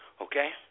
Okay